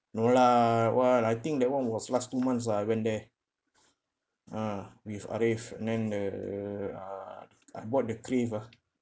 no lah [what] I think that [one] was last two months ah I went there ah with ariff and then the ah I bought the crave ah